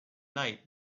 night